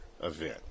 event